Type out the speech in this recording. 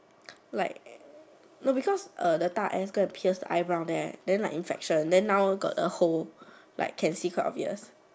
like no because uh the 大 S go pierce the eyebrow there then infection then now got hole can see because quite obvious